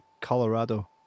Colorado